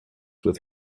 with